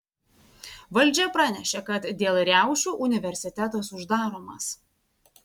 valdžia pranešė kad dėl riaušių universitetas uždaromas